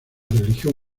religión